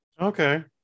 Okay